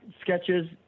sketches